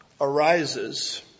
arises